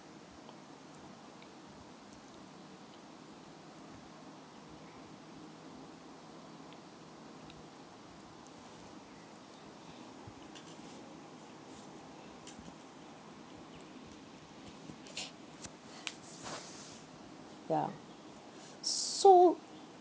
ya so